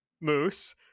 Moose